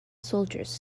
soldiers